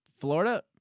Florida